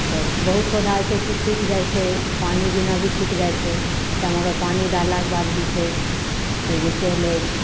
तऽ बहुत पौधा होइ छै कि सुखि जाइ छै पानी बिना भी सुखि जाइ छै खत्तामे अगर पानी डाललाके बाद भी छै से जइसे होलै